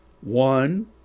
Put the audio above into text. One